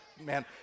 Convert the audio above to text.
man